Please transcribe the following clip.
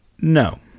No